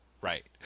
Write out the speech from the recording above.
Right